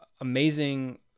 amazing